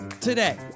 today